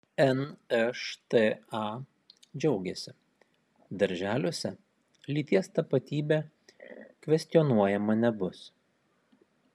nšta džiaugiasi darželiuose lyties tapatybė kvestionuojama nebus